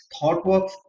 ThoughtWorks